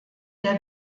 der